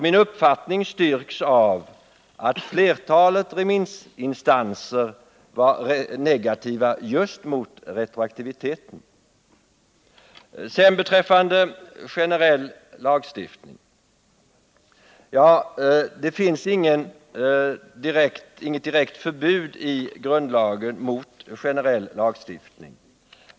Min uppfattning styrks av att flertalet remissinstanser var negativt inställda mot just retroaktiviteten. Sedan till generell lagstiftning. I grundlagen finns det inte något direkt förbud mot generell lagstiftning.